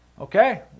Okay